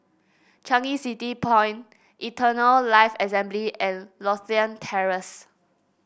Changi City Point Eternal Life Assembly and Lothian Terrace